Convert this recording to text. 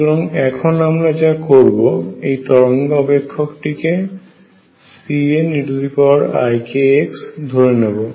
সুতরাং এখন আমরা যা করব এই তরঙ্গ অপেক্ষাকটি কে CNeikx ধরে নেব